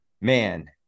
man